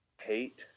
hate